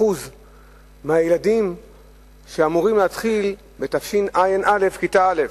מהילדים שאמורים להתחיל בתשע"א כיתה א'.